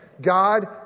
God